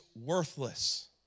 worthless